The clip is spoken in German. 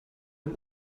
dem